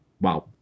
Wow